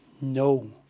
no